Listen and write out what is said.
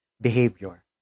behavior